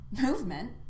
Movement